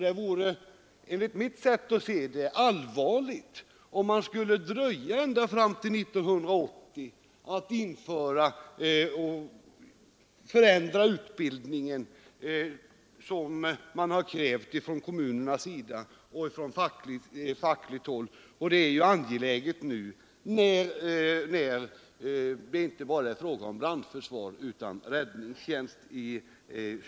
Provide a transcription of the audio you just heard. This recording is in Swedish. Det vore enligt mitt sätt att se allvarligt om man skulle dröja ända fram till 1980 med att förändra utbildningen på det sätt som krävs från kommunalt och fackligt håll. Detta gäller särskilt med hänsyn till att verksamheten i fortsättningen inte bara skall omfatta brandförsvaret utan även räddningstjänsten.